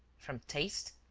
from taste?